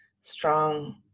strong